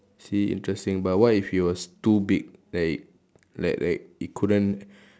see interesting but what if it was too big like like like it couldn't